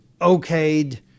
okayed